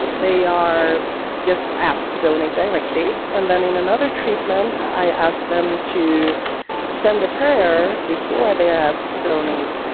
they are just asked to donate directly. and then in another treatment, i ask them to send a prayer before they are asked to donate.